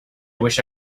wish